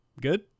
Good